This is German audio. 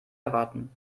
erwarten